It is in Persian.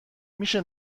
میشه